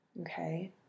okay